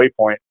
waypoint